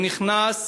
הוא נכנס